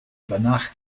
banach